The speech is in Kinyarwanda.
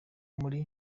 muri